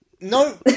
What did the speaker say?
No